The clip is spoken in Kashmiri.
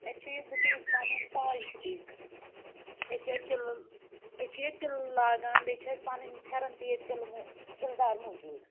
اَسہِ چھِ یہِ بُٹیٖک پَنُن تاج بُٹیٖک أسۍ چھِ اَتہِ تِلہٕ أسۍ چھِ ییٚتہِ تِلہٕ لاگان بیٚیہِ چھِ اَسہِ پَنٕنۍ پھٮ۪رَن تہِ ییٚتہِ تِلہٕ مو تِلہٕ دار موٗجوٗد